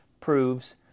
proves